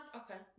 okay